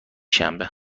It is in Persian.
شنبه